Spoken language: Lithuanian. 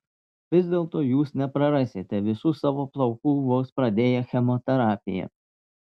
vis dėlto jūs neprarasite visų savo plaukų vos pradėję chemoterapiją